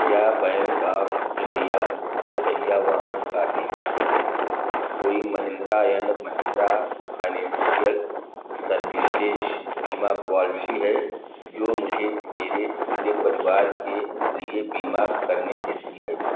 क्या bank of India दोपहिया वाहन का बीमा की कोई Mahindra and Mahindra financial services बीमा पॉलिसी है जो मुझे मेरे पूरे परिवार के लिए बीमा करने देती है